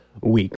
week